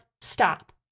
stop